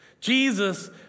Jesus